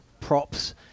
props